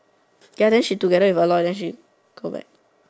ya then she together with Aloy then she go back